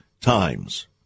times